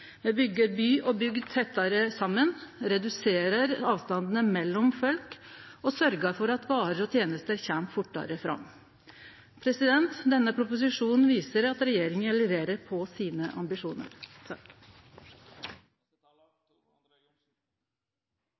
Me byggjer by og bygd tettare saman, reduserer avstandane mellom folk og sørgjer for at varer og tenester kjem fortare fram. Denne proposisjonen viser at regjeringa leverer på sine ambisjonar.